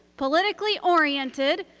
politically oriented,